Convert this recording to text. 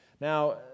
Now